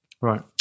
Right